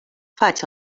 faig